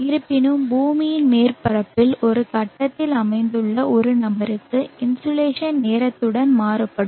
இருப்பினும் பூமியின் மேற்பரப்பில் ஒரு கட்டத்தில் அமைந்துள்ள ஒரு நபருக்கு இன்சோலேஷன் நேரத்துடன் மாறுபடும்